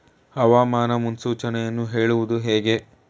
ಹವಾಮಾನ ಮುನ್ಸೂಚನೆಯನ್ನು ಹೇಳುವುದು ಹೇಗೆ?